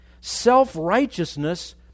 Self-righteousness